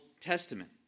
Testament